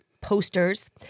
posters